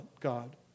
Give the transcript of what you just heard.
God